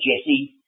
Jesse